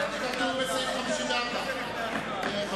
כתוב בסעיף 54. אין דבר כזה לפני הצבעה.